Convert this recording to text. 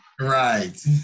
Right